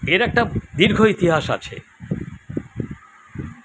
এর একটা দীর্ঘ ইতিহাস আছে